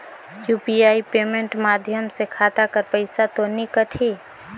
UPI payment माध्यम से खाता कर पइसा तो नी कटही?